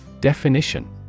Definition